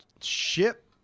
ship